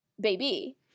baby